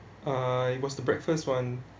uh it was the breakfast one